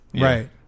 Right